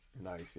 Nice